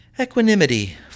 Equanimity